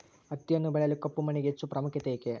ಹತ್ತಿಯನ್ನು ಬೆಳೆಯಲು ಕಪ್ಪು ಮಣ್ಣಿಗೆ ಹೆಚ್ಚು ಪ್ರಾಮುಖ್ಯತೆ ಏಕೆ?